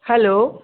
hello